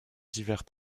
divers